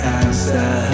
answer